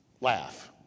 Laugh